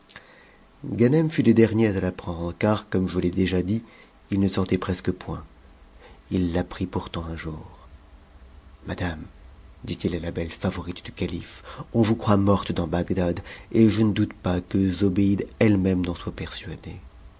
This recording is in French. des derniers à l'apprendre car comme je l'ai déjà dit il ne sortait presque point il l'apprit pourtant un jour madame dit-il à la belle favorite du calife on vous croit morte dans bagdad et je ne doute pas que zobéide elle-même n'en soit persuadée